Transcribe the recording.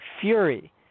fury